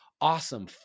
Awesome